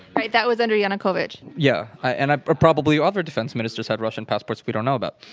right, that was under yanukovych. yeah, and ah probably other defense ministers had russian passports we don't know about.